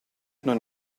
non